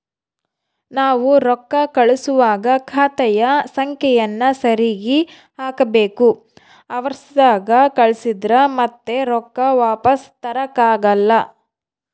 ನಾವು ರೊಕ್ಕ ಕಳುಸುವಾಗ ಖಾತೆಯ ಸಂಖ್ಯೆಯನ್ನ ಸರಿಗಿ ಹಾಕಬೇಕು, ಅವರ್ಸದಾಗ ಕಳಿಸಿದ್ರ ಮತ್ತೆ ರೊಕ್ಕ ವಾಪಸ್ಸು ತರಕಾಗಲ್ಲ